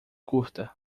curta